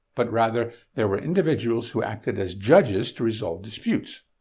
but rather there were individuals who acted as judges to resolve disputes.